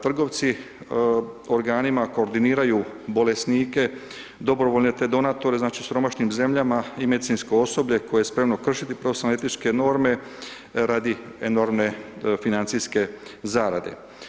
Trgovci organima koordiniraju bolesnike, dobrovoljne te donatore znači u siromašnim zemljama i medicinsko osoblje koje spremno kršiti profesionalno etičke norme radi enormne financijske zarade.